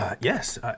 Yes